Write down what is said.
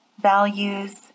values